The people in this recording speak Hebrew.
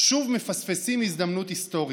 שוב מפספסים הזדמנות היסטורית.